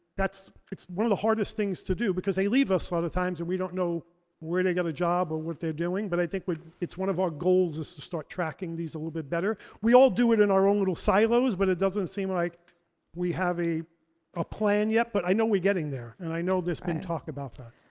it's one of the hardest things to do, because they leave us a lot of times and we don't know where they get a job, or what they're doing. but i think it's one of our goals is to start tracking these a little bit better. we all do it in our own little silos, but it doesn't seem like we have a a plan yet, but i know we're getting there. and i know there's been talk about that.